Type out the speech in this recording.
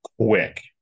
quick